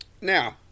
Now